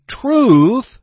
truth